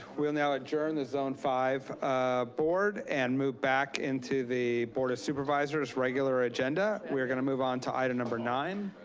we'll now adjourn the zone five ah board. and move back into the board of supervisors regular agenda. we're gonna move onto item number nine.